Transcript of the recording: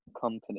company